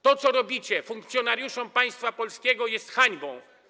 To, co robicie funkcjonariuszom państwa polskiego, jest hańbą.